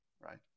right